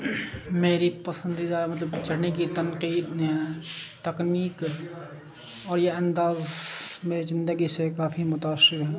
میری پسندیدہ مطلب چڑھنے کی تنقید تکنیک اور یہ انداز میری زندگی سے کافی متاثر ہیں